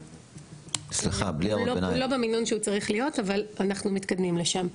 לא במינון שהוא צריך להיות אבל אנחנו מתקדמים לשם.